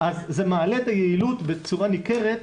אז זה מעלה את היעילות בצורה ניכרת,